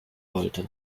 wollte